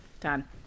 Done